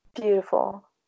Beautiful